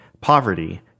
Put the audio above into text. poverty